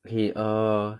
K err